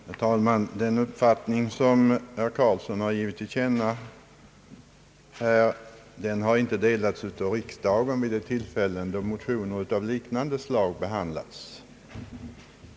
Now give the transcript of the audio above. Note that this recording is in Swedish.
Herr talman! Den uppfattning som herr Carlsson givit till känna har inte delats av riksdagen vid de tillfällen då motioner av liknande slag behandlats.